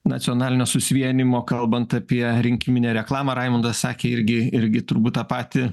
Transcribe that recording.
nacionalinio susivienijimo kalbant apie rinkiminę reklamą raimundas sakė irgi irgi turbūt tą patį